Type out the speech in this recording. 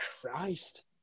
Christ